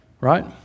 right